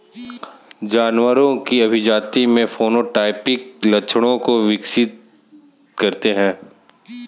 जानवरों की अभिजाती में फेनोटाइपिक लक्षणों को विकसित करते हैं